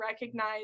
recognize